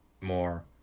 more